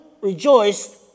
rejoiced